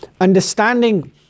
understanding